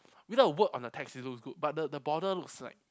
without a word on the text it looks good but the the border looks like